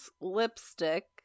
Lipstick